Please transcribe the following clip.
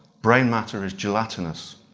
brain matter is gelatinous.